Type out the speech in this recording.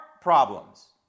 problems